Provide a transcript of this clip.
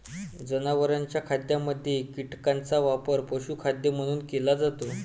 जनावरांच्या खाद्यामध्ये कीटकांचा वापर पशुखाद्य म्हणून केला जातो